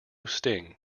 sting